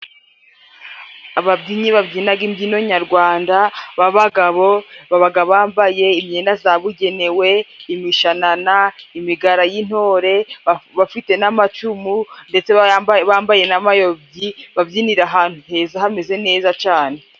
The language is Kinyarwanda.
Ababyinnyi babyinaga imbyino nyarwanda b'agabo babaga bambaye imyenda zabugenewe: imishanana, imigara y'intore, bafite n'amacumu, ndetse bambaye namayogi, babyinira ahantu heza hameze neza cane.